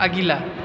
अगिला